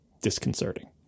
disconcerting